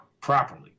properly